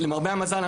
למרבה המזל,